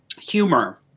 humor